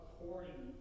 according